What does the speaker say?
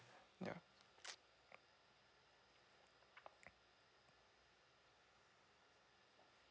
ya